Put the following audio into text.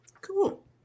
cool